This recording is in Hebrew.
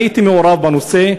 אני הייתי מעורב בנושא,